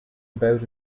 about